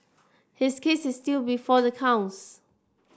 his case is still before the courts